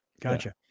Gotcha